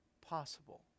possible